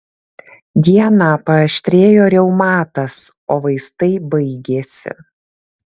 dieną paaštrėjo reumatas o vaistai baigėsi